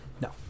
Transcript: No